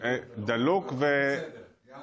נושא זה על